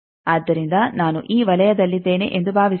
ಆದ್ದರಿಂದ ನಾನು ಈ ವಲಯದಲ್ಲಿದ್ದೇನೆ ಎಂದು ಭಾವಿಸೋಣ